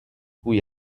cui